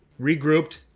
regrouped